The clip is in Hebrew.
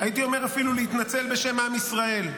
הייתי אומר אפילו בשם עם ישראל,